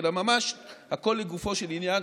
אלא ממש הכול לגופו של עניין,